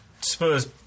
Spurs